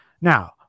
now